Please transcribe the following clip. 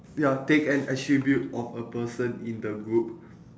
ya take an attribute of a person in the group